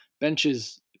benches